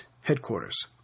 headquarters